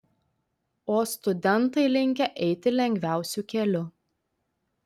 o studentai linkę eiti lengviausiu keliu